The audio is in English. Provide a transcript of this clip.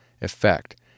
effect